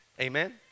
Amen